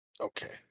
Okay